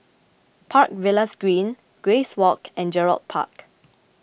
Park Villas Green Grace Walk and Gerald Park